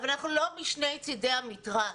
אבל אנחנו לא משני צדי המתרס.